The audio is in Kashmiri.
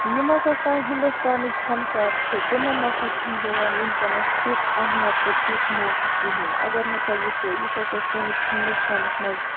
یِم ہَسا سانہِ ہِندوستانٕکۍ فَنکار چھِ تِمَن نَسا چھِنہٕ دِوان وٕنکیٚنَس تِژھ اہمِیَت تہٕ تِتھۍ موقعہ کِہیٖنۍ اَگَر ہَسا وچھو یُس ہَسا سٲنِس ہِندوستانَس مَنٛز